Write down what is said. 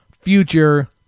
future